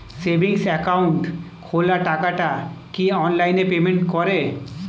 Savings account খোলা টাকাটা কি অনলাইনে পেমেন্ট করে?